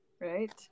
Right